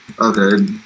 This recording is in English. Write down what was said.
Okay